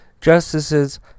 justices